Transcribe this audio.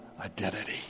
identity